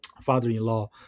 father-in-law